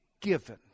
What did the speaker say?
given